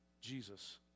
Jesus